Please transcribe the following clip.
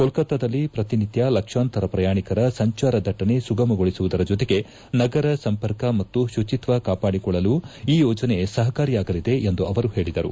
ಕೊಲ್ಲತ್ತಾದಲ್ಲಿ ಪ್ರತಿನಿತ್ಯ ಲಕ್ಷಾಂತರ ಪ್ರಯಾಣಿಕರ ಸಂಚಾರ ದಟ್ಟಣೆ ಸುಗಮಗೊಳಿಸುವುದರ ಜೊತೆಗೆ ನಗರ ಸಂಪರ್ಕ ಮತ್ತು ಶುಚಿತ್ವ ಕಾಪಾಡಿಕೊಳ್ಳಲು ಈ ಯೋಜನೆ ಸಪಕಾರಿಯಾಗಲಿದೆ ಎಂದು ಅವರು ಹೇಳಿದರು